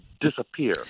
disappear